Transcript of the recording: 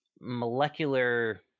molecular